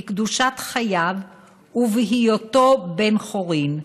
בקדושת חייו ובהיותו בן חורין.